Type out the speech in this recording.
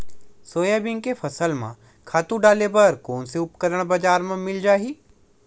Soybean के फसल म खातु डाले बर कोन से उपकरण बजार म मिल जाहि?